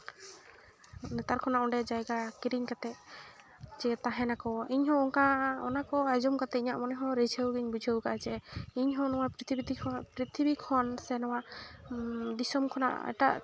ᱱᱮᱛᱟᱨ ᱠᱷᱚᱱᱟᱜ ᱚᱸᱰᱮ ᱡᱟᱭᱜᱟ ᱠᱤᱨᱤᱧ ᱠᱟᱛᱮ ᱡᱮ ᱛᱟᱦᱮᱱᱟᱠᱚ ᱤᱧ ᱦᱚᱸ ᱚᱱᱠᱟ ᱚᱱᱟ ᱠᱚ ᱟᱸᱡᱚᱢ ᱠᱟᱛᱮ ᱤᱧᱟᱹᱜ ᱢᱚᱱᱮ ᱦᱚᱸ ᱨᱤᱡᱷᱟᱹᱣ ᱜᱤᱧ ᱵᱩᱡᱷᱟᱹᱣ ᱠᱟᱜᱼᱟ ᱡᱮ ᱤᱧ ᱦᱚᱸ ᱱᱚᱣᱟ ᱯᱨᱤᱛᱷᱤᱵᱤᱛᱤ ᱠᱷᱚᱱ ᱯᱨᱤᱛᱷᱤᱵᱤ ᱠᱷᱚᱱ ᱥᱮ ᱱᱚᱣᱟ ᱫᱤᱥᱚᱢ ᱠᱷᱚᱱᱟᱜ ᱮᱴᱟᱜ